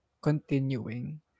continuing